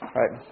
right